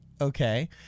okay